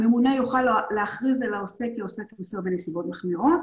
הממונה יוכל להכריז על העוסק כעוסק שמפר בנסיבות מחמירות.